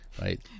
right